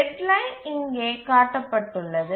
deadline இங்கே காட்டப்பட்டுள்ளது